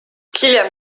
hiljem